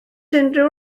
unrhyw